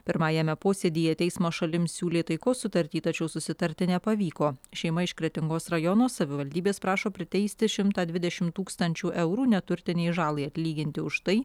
pirmajame posėdyje teismo šalims siūlė taikos sutartį tačiau susitarti nepavyko šeima iš kretingos rajono savivaldybės prašo priteisti šimtą dvidešim tūkstančių eurų neturtinei žalai atlyginti už tai